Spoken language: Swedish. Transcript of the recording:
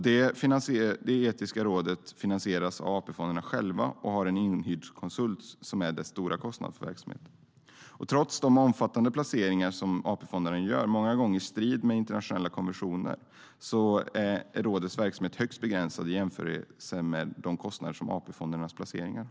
Det etiska rådet finansieras av AP-fonderna själva och har en inhyrd konsult, som är den stora kostnaden för verksamheten. Trots de omfattande placeringar som AP-fonderna gör, många gånger i strid med internationella konventioner, är rådets verksamhet högst begränsad i jämförelse med kostnaderna för AP-fondernas placeringar.